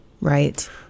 Right